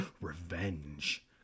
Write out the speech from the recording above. Revenge